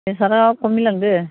प्रेसारा खमिलांदों